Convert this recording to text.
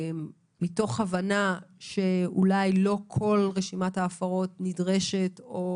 מתוך הבנה שאולי לא כל רשימת ההפרות נדרשת.